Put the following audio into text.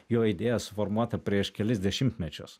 jo idėja suformuota prieš kelis dešimtmečius